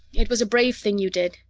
it was a brave thing you did,